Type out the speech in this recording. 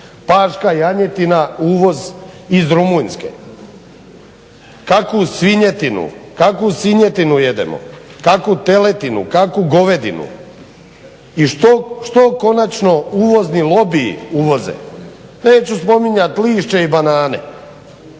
paška janjetina uvoz iz Rumunjske. Kakvu svinjetinu jedemo, kakvu teletinu, kakvu govedinu i što konačno uvozni lobiji uvoze? Neću spominjat lišće i banane.